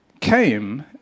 came